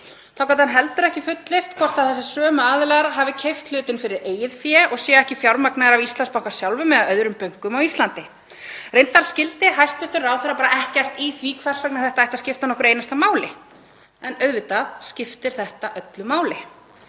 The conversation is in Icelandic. Þá gat hann heldur ekki fullyrt hvort þessir sömu aðilar hefðu keypt hlutinn fyrir eigið fé og væru ekki fjármagnaðir af Íslandsbanka sjálfum eða öðrum bönkum á Íslandi. Reyndar skildi hæstv. ráðherra bara ekkert í því hvers vegna þetta ætti að skipta nokkru einasta máli, en auðvitað skiptir þetta öllu máli.